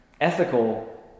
ethical